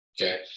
Okay